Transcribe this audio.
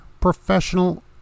professional